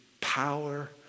power